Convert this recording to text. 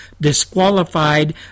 disqualified